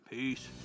Peace